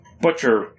butcher